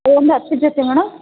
ಒಂದು ಹತ್ತು ಜೊತೆ ಮೇಡಮ್